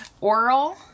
Oral